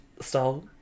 style